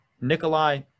Nikolai